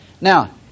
Now